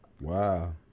Wow